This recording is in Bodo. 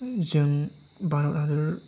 जों भारत हादर